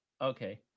okay